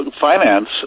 finance